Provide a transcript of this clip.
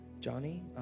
Johnny